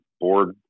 board